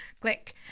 Click